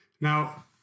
Now